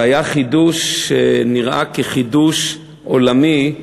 זה היה חידוש שנראה חידוש עולמי,